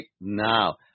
now